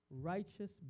righteous